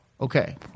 Okay